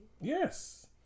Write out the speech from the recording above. Yes